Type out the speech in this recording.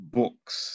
books